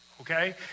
okay